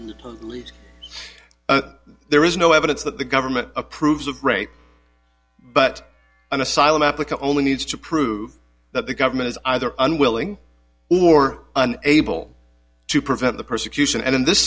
liking there is no evidence that the government approves of rape but an asylum applicant only needs to prove that the government is either unwilling or able to prevent the persecution and in this